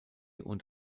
und